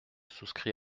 souscris